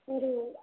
మీరు